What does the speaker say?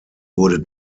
wurde